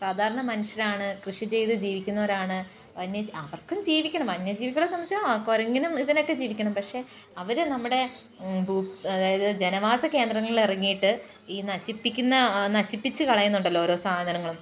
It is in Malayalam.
സാധാരണ മനുഷ്യരാണ് കൃഷി ചെയ്തു ജീവിക്കുന്നവരാണ് വന്യ അവർക്കും ജീവിക്കണം വന്യജീവിക്കളെ സംബന്ധിച്ച് ആ കുരങ്ങിനും ഇതിനൊക്കെ ജീവിക്കണം പക്ഷേ അവര് നമ്മുടെ ഭൂ അതായത് ജനവാസകേന്ദ്രങ്ങളിൽ എറങ്ങിയിട്ട് ഈ നശിപ്പിക്കുന്ന നശിപ്പിച്ച് കളയുന്നുണ്ടല്ലോ ഓരോ സാധനങ്ങളും